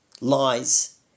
lies